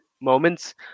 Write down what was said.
moments